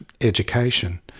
education